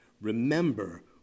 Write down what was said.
Remember